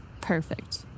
Perfect